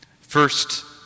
First